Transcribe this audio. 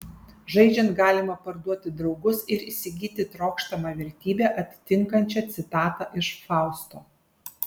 žaidžiant galima parduoti draugus ir įsigyti trokštamą vertybę atitinkančią citatą iš fausto